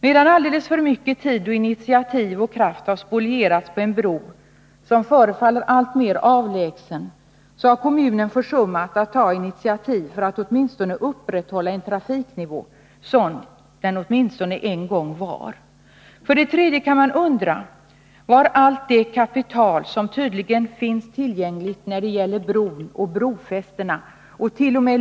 Medan alldeles för mycket tid, initiativ och kraft har spolierats på en bro, som förefaller alltmer avlägsen, har kommunen försummat att ta initiativ för att upprätthålla åtminstone en sådan färjetrafiknivå som man en gång haft. För det tredje kan man undra varför inte en del av allt det kapital som tydligen fanns tillgängligt när det gällde en bro och brofästent.o.m.